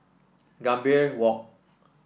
Gambir Walk